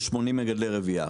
יש 80 מגדלי רבייה,